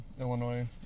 Illinois